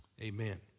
Amen